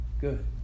good